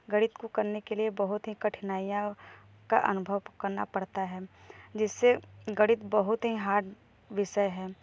गणित को करने के लिए बहुत ही कठिनाइयों का अनुभव करना पड़ता है जिससे गणित बहुत ही हार्ड विषय है